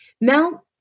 Now